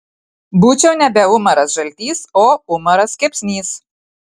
būčiau nebe umaras žaltys o umaras kepsnys